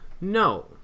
No